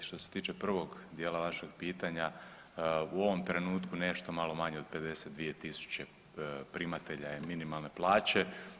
Što se tiče prvog dijela vašeg pitanja u ovom trenutku nešto malo manje od 52.000 primatelja je minimalne plaće.